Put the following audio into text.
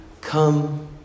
Come